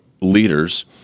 leaders –